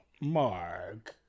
Mark